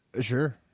Sure